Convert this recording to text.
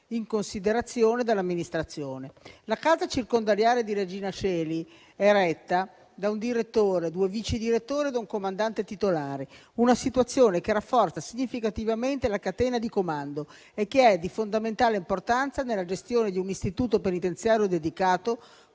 in considerazione dall'amministrazione. La casa circondariale di Regina Coeli è retta da un direttore, due vicedirettori e da un comandante titolare, una situazione che rafforza significativamente la catena di comando e che è di fondamentale importanza nella gestione di un istituto penitenziario delicato